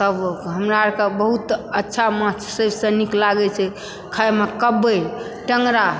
तब हमरा अरकऽ बहुत अच्छा माछ सभसँ नीक लागैत छै खाइमऽ कबै टेंगरा